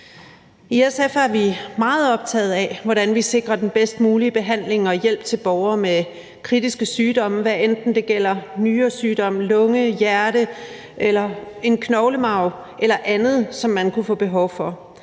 I SF er vi meget optaget af, hvordan vi sikrer den bedst mulige behandling og hjælp til borgere med kritiske sygdomme, hvad enten det gælder nyresygdomme, lunge, hjerte eller en knoglemarv eller andet, som man kunne få behov for.